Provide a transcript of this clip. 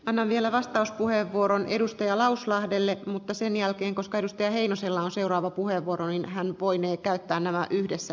anna vielä vastauspuheenvuoron edustaja lauslahdelle mutta sen jälkeen koska työ heinosella on seuraava puheenvuoroihin hän poimii käyttää arvoisa puhemies